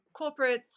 corporates